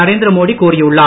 நரேந்திரமோடி கூறியுள்ளார்